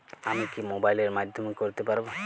আমি কি মোবাইলের মাধ্যমে করতে পারব?